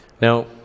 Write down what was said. Now